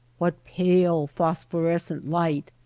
what pale, phosphorescent light!